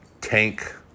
tank